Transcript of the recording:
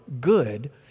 good